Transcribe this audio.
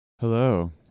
Hello